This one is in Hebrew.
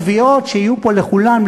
התביעות שיהיו פה לכולם,